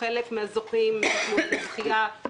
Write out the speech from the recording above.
חלק מהזוכים --- את הזכייה,